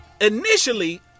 initially